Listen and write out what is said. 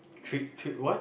treat treat what